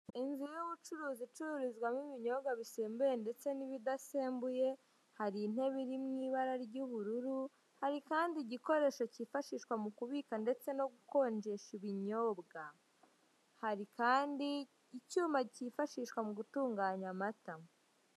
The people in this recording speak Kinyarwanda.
Inzu y'ubucuruzi icururizwamo ibinyobwa bisembuye ndetse n'ibidasembuye, hari intebe iri mu ibara ry'ubururu, hari kandi igikoresho cyifashishwa mu kubika ndetse no gukonjesha ibinyobwa, hari kandi icyuma cyifashishwa mu gutunganya amata.